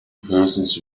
persons